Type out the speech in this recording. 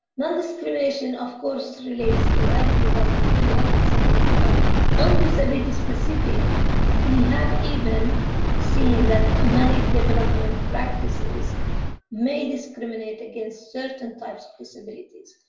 non-description, of course, relates to everybody beyond disability, but on disability-specific we have even even seen that many development practices may discriminate against certain types of disabilities.